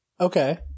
Okay